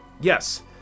yes